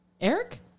Eric